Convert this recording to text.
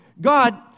God